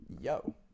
Yo